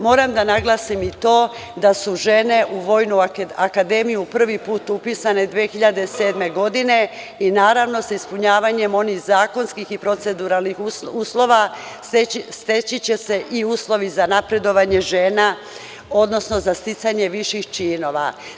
Moram da naglasim i to da su žene u Vojnu akademiju prvi put upisane 2007. godine i naravno sa ispunjavanjem onih zakonskih i proceduralnih uslova, steći će se i uslovi za napredovanje žena, odnosno za sticanje viših činova.